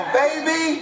baby